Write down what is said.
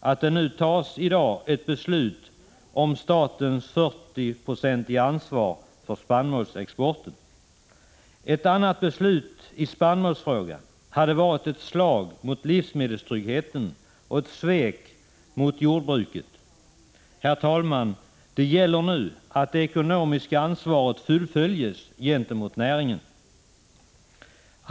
att det nu fattas ett beslut om statens 40-procentiga ansvar för spannmålsexporten. Ett annat beslut i spannmålsfrågan skulle vara ett slag mot livsmedelstryggheten och ett svek mot jordbruket. Herr talman! Det gäller nu att det ekonomiska ansvaret fullföljs gentemot näringen.